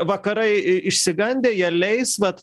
vakarai išsigandę jie leis vat